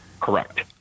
Correct